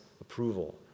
approval